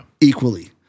equally